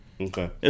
Okay